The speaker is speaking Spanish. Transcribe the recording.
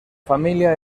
familia